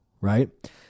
right